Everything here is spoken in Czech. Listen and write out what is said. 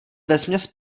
vesměs